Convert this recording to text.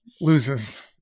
loses